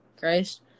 Christ